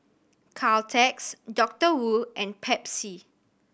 Caltex Doctor Wu and Pepsi